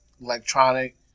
electronic